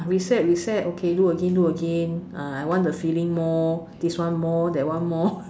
reset reset okay do again do again ah I want the feeling this one more that one more